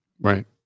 Right